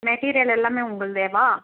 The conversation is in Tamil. மெட்டீரியல் எல்லாமே உங்கள்தேவா